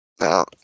Now